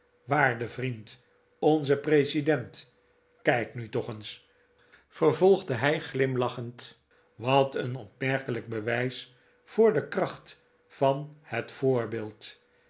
waarde vriend onze president kijk nu toch eens vervolgde hij glimlachend wat een opmerkelijk bewijs voor de kracht van het voorbeeld